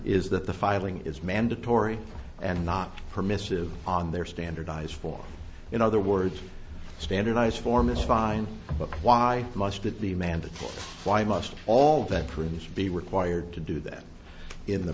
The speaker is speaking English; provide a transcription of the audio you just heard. is that the filing is mandatory and not permissive on their standardize for in other words standardized form is fine but why must it be mandatory why must all veterans be required to do that in the